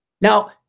Now